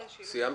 סיימת?